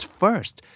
first